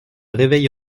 réveille